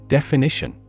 Definition